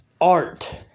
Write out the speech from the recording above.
art